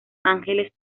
ángeles